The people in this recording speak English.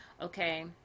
Okay